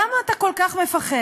למה אתה כל כך מפחד?